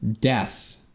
death